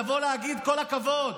לבוא ולהגיד: כל הכבוד,